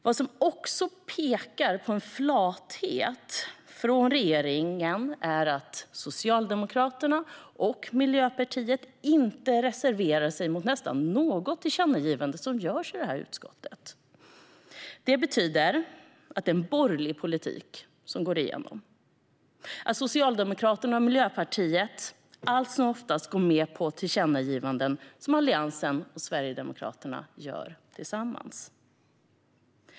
Vad som också pekar på en flathet från regeringens sida är att Socialdemokraterna och Miljöpartiet inte reserverar sig mot nästan något tillkännagivande som föreslås i utskottet. Det betyder att det är en borgerlig politik som går igenom. Socialdemokraterna och Miljöpartiet går allt som oftast med på tillkännagivanden som Alliansen och Sverigedemokraterna föreslår tillsammans.